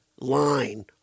line